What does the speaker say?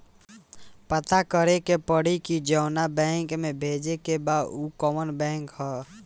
पता करे के पड़ी कि जवना बैंक में भेजे के बा उ कवन बैंक ह